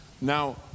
Now